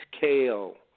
kale